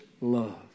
love